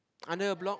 under a block